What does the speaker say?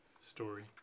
story